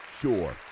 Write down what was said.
sure